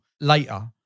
later